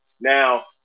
Now